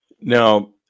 Now